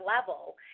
level